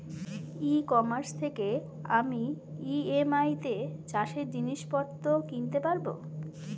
E commerce থেকে আমি EMI তে চাষে জিনিসপত্র কিনতে পারব?